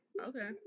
Okay